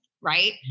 Right